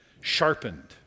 sharpened